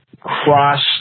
cross